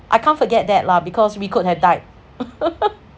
I can't forget that lah because we could have died